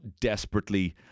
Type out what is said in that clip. desperately